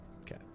Okay